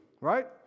right